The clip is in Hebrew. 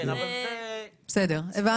בסדר, הבנו.